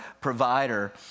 provider